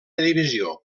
divisió